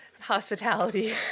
Hospitality